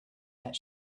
that